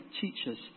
teachers